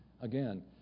Again